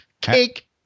cake